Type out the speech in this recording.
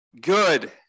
good